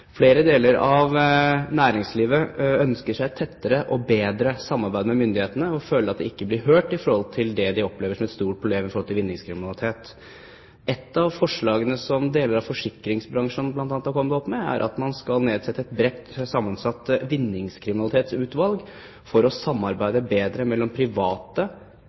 Flere deler av næringslivet ønsker seg et tettere og bedre samarbeid med myndighetene, og føler at de ikke blir hørt i forhold til det de opplever som et stort problem, nemlig vinningskriminalitet. Ett av forslagene som deler av forsikringsbransjen bl.a. har kommet opp med, er at man skal nedsette et bredt sammensatt vinningskriminalitetsutvalg for at private og offentlige myndigheter skal samarbeide bedre